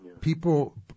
people